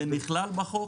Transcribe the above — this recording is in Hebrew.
זה נכלל בחוק?